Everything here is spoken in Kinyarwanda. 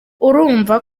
urumva